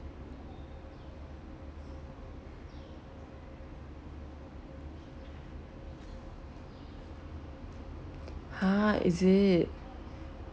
!huh! is it